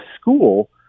school